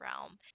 realm